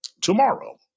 tomorrow